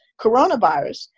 coronavirus